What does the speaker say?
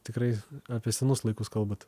tikrai apie senus laikus kalbat